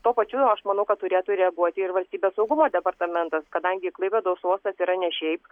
tuo pačiu aš manau kad turėtų reaguoti ir valstybės saugumo departamentas kadangi klaipėdos uostas yra ne šiaip